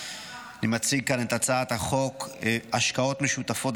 אני מציג כאן את הצעת חוק השקעות משותפות